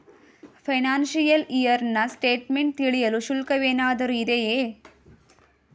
Financial year ನ statement ತಿಳಿಯಲು ಶುಲ್ಕವೇನಾದರೂ ಇದೆಯೇ?